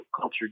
culture